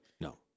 No